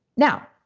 now,